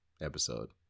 episode